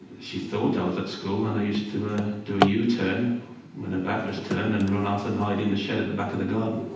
she thought i was at school, and i used to ah do a yeah u-turn, when her back was turned, and run off and hide in the shed at the back of the garden.